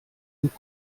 und